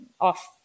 off